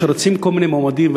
כשרצים כל מיני מועמדים,